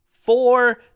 four